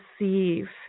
receive